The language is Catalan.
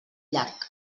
llac